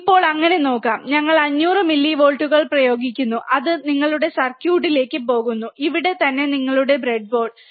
ഇപ്പോൾ അങ്ങനെ നോക്കാം ഞങ്ങൾ 500 മില്ലിവോൾട്ടുകൾ പ്രയോഗിക്കുന്നു അത് നിങ്ങളുടെ സർക്യൂട്ടിലേക്ക് പോകുന്നു ഇവിടെ തന്നെ നിങ്ങളുടെ ബ്രെഡ്ബോർഡ്